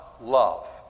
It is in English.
love